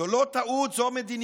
זו לא טעות, זו מדיניות,